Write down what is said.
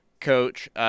coach